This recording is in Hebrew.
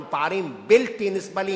הם פערים בלתי נסבלים.